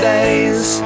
days